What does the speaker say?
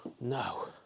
No